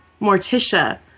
Morticia